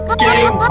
game